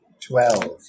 Twelve